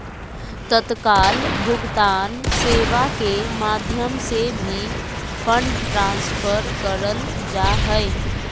तत्काल भुगतान सेवा के माध्यम से भी फंड ट्रांसफर करल जा हय